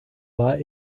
war